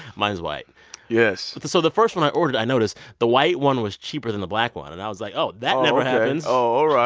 mine's white yes so the first one i ordered, i noticed the white one was cheaper than the black one. and i was like, oh, that never happens oh,